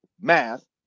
math